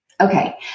Okay